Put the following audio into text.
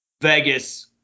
Vegas